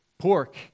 Pork